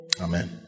Amen